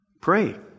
Pray